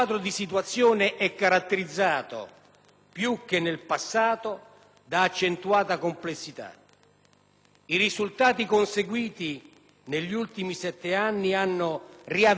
I risultati conseguiti negli ultimi sette anni hanno riavviato un processo di pace nella Nazione, dopo tre decenni di guerra,